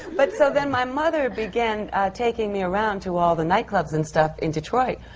but so then my mother began taking me around to all the nightclubs and stuff in detroit.